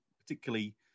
particularly